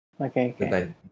Okay